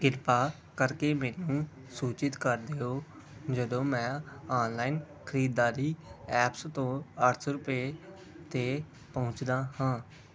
ਕ੍ਰਿਪਾ ਕਰਕੇ ਮੈਨੂੰ ਸੂਚਿਤ ਕਰ ਦਿਉ ਜਦੋਂ ਮੈਂ ਔਨਲਾਇਨ ਖਰੀਦਾਰੀ ਐਪਸ ਤੋਂ ਅੱਠ ਸੌ ਰੁਪਏ 'ਤੇ ਪਹੁੰਚਦਾ ਹਾਂ